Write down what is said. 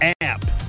app